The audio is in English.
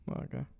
Okay